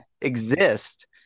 exist